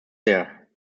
sehr